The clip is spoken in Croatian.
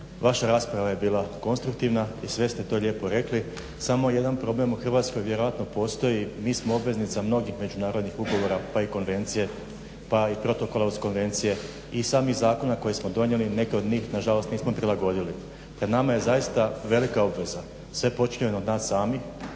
Vaša rasprava je bila konstruktivna i sve ste to lijepo rekli samo jedan problem u Hrvatskoj vjerojatno postoji. Mi smo obveznica mnogih međunarodnih ugovora, pa i konvencije pa i protokola uz konvencije i samih zakona koje smo donijeli. Neke od njih na žalost nismo prilagodili. Pred nama je zaista velika obveza. Sve počinje od nas samih